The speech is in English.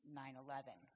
9-11